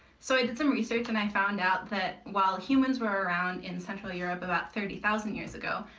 so i did some research and i found out that while humans were around in central europe, about thirty thousand years ago,